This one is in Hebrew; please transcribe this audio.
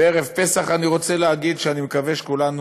ובערב פסח אני רוצה להגיד שאני מקווה שכולנו